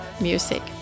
music